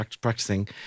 practicing